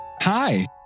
Hi